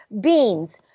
Beans